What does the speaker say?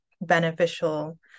beneficial